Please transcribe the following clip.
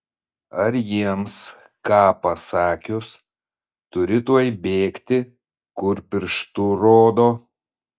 ar jiems ką pasakius turi tuoj bėgti kur pirštu rodo